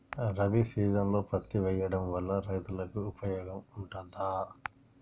రబీ సీజన్లో పత్తి వేయడం వల్ల రైతులకు ఉపయోగం ఉంటదా?